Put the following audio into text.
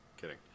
kidding